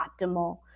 optimal